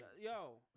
Yo